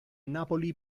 napoli